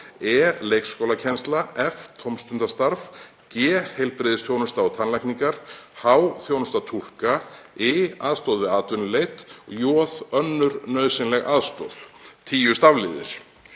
e. Leikskólakennsla. f. Tómstundastarf. g. Heilbrigðisþjónusta og tannlækningar. h. Þjónusta túlka. i. Aðstoð við atvinnuleit. j. Önnur nauðsynleg aðstoð.“ Tíu stafliðir.